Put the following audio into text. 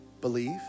believe